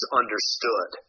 understood